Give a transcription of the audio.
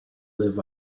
live